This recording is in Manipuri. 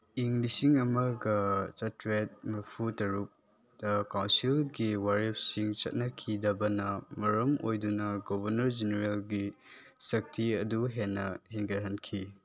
ꯏꯪ ꯂꯤꯁꯤꯡ ꯑꯃꯒ ꯆꯇ꯭ꯔꯦꯠ ꯃꯔꯤꯐꯨ ꯇꯔꯨꯛꯇ ꯀꯥꯎꯟꯁꯤꯜꯒꯤ ꯋꯥꯔꯦꯞꯁꯤꯡ ꯆꯠꯅꯈꯤꯗꯕꯅ ꯃꯔꯝ ꯑꯣꯏꯗꯨꯅ ꯒꯣꯕꯔꯅꯔ ꯖꯦꯅꯦꯔꯦꯜꯒꯤ ꯁꯛꯇꯤ ꯑꯗꯨ ꯍꯦꯟꯅ ꯍꯦꯟꯒꯠꯍꯟꯈꯤ